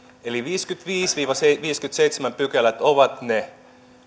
eli viideskymmenesviides viiva viideskymmenesseitsemäs pykälä ovat ne